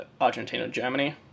Argentina-Germany